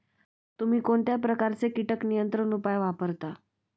तुम्ही कोणत्या प्रकारचे कीटक नियंत्रण उपाय वापरता?